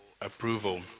approval